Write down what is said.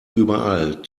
überall